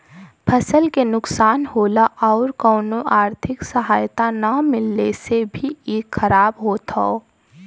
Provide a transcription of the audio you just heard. फसल के नुकसान होला आउर कउनो आर्थिक सहायता ना मिलले से भी इ खराब होत हौ